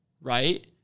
right